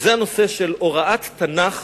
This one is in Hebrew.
נושא הוראת התנ"ך